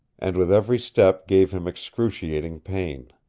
and with every step gave him excruciating pain.